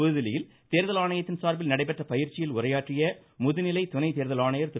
புதுதில்லியில் தேர்தல் ஆணையத்தின் சார்பில் நடைபெற்ற பயிந்சியில் உரையாற்றிய முதுநிலை துணை தேர்தல் ஆணையர் திரு